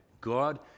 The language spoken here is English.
God